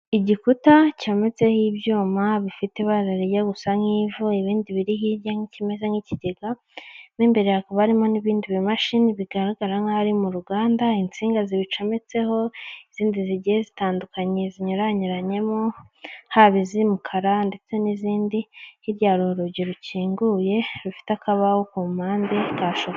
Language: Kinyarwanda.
Igikuta cyometseho ibyuma bifite ibara rijya gusa nk'ivu. Ibindi biri hirya, ikimeze nk'ikigega. Imbere hakaba harimo n'ibindi bimashini bigaragara nk'aho ari mu ruganda. Insinga zibicametseho, izindi zigiye zitandukanye zinyuyuranyemo, haba iz'umukara ndetse n'izindi. Hirya, urugi rukinguye, rufite akabaho ku mpande ka shokora.